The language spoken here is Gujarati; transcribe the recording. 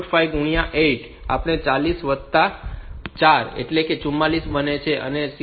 5 ગુણ્યાં 8 છે તો આપણે તેને 40 વત્તા 4 એટલે કે 44 બનાવીએ અને આ 6